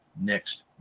next